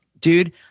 dude